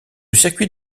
circuit